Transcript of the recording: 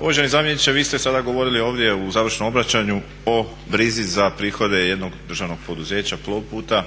Uvaženi zamjeniče vi ste sada govorili ovdje u završnom obraćanju o brizi za prihode jednog državnog poduzeća Plovputa